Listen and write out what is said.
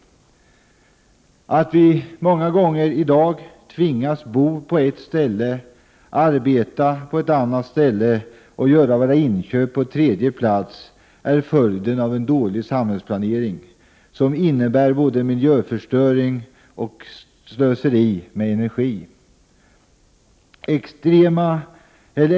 Att vi i dag många gånger tvingas bo på ett ställe, arbeta på ett annat och göra våra inköp på ett tredje är följden av dålig samhällsplanering som innebär både miljöförstöring och slöseri med energi.